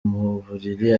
mubiri